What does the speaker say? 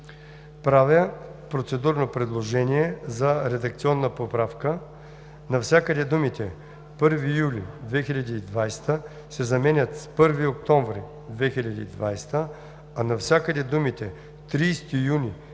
Правя процедурно предложение за редакционна поправка: навсякъде думите „1 юли 2020 г.“ се заменят с „1 октомври 2020 г.“, а навсякъде думите „30 юни 2020